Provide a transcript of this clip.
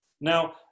Now